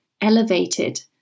elevated